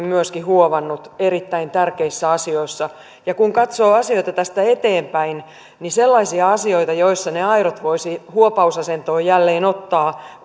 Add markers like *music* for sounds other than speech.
*unintelligible* myöskin huovannut erittäin tärkeissä asioissa ja kun katsoo asioita tästä eteenpäin niin sellaisia asioita joissa ne airot voisi huopausasentoon jälleen ottaa *unintelligible*